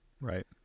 Right